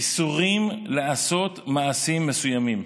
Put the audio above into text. איסורים לעשות מעשים מסוימים,